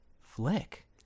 flick